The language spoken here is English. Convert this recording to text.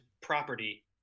property